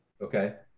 Okay